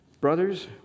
Brothers